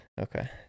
Okay